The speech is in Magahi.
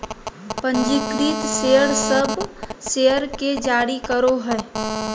पंजीकृत शेयर सब शेयर के जारी करो हइ